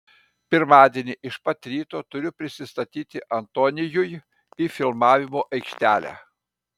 pirmadienį iš pat ryto turiu prisistatyti antonijui į filmavimo aikštelę